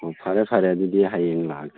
ꯑꯣ ꯐꯔꯦ ꯐꯔꯦ ꯑꯗꯨꯗꯤ ꯍꯌꯦꯡ ꯂꯥꯛꯑꯒꯦ